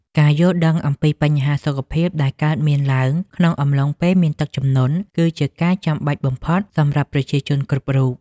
ការយល់ដឹងអំពីបញ្ហាសុខភាពដែលកើតមានឡើងក្នុងអំឡុងពេលមានទឹកជំនន់គឺជាការចាំបាច់បំផុតសម្រាប់ប្រជាជនគ្រប់រូប។